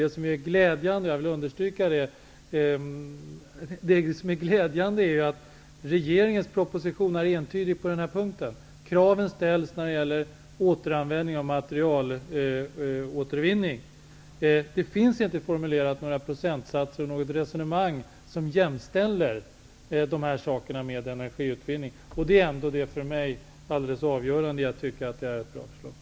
Det som är glädjande är att regeringens proposition är entydig på denna punkt. Det ställs krav när det gäller återanvändning och återvinning av material. Det finns inte några procentsatser angivna. Inte heller formuleras några resonemang som jämställer återanvändning och återvinning av material med energiutvinning. Det är det som är avgörande för att jag skall tycka att det är ett bra förslag.